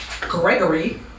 Gregory